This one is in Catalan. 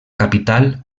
capital